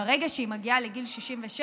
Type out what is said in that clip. ברגע שהיא מגיעה לגיל 67,